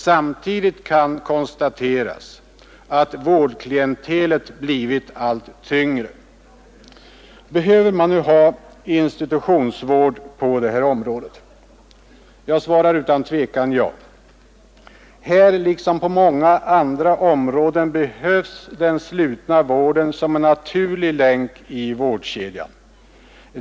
Samtidigt kan konstateras att vårdklientelet blivit allt tyngre. Behöver man nu ha institutionsvård på detta område? Jag svarar utan tvekan ja. Här liksom på många andra områden behövs den slutna vården som en naturlig länk i vårdkedjan.